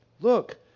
look